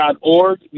org